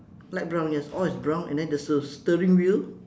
light brown yes all is brown and then there's a steering wheel